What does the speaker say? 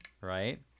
right